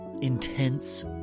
intense